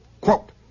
Quote